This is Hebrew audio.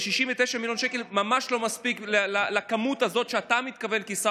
ו-69 מיליון שקל ממש לא מספיקים לכמות הזאת שאתה מתכוון לקדם,